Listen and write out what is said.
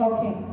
Okay